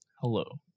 Hello